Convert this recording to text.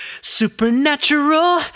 Supernatural